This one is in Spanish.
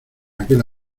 aquel